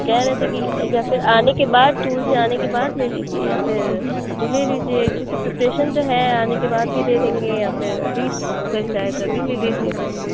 کہہ رہے تھے کہ یا پھر آنے کے بعد ٹور سے آنے کے بعد لے لیجیے یا پھر ابھی لے لیجیے کیونکہ پریپریشن تو ہے آنے کے بعد بھی دے دیں گے یا پھر ابھی اگر چاہیں تو ابھی لے لیجیے